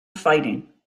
fighting